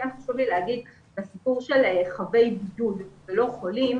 כן חשוב לי לומר שהסיפור של חבי בידוד לא חולים,